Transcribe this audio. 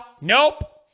Nope